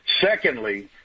Secondly